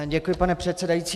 Děkuji, pane předsedající.